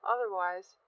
Otherwise